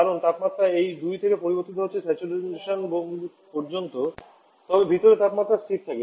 কারণ তাপমাত্রা এই 2 থেকে পরিবর্তিত হচ্ছে স্যাচুরেশন গম্বুজ পর্যন্ত তবে ভিতরে তাপমাত্রা স্থির থাকে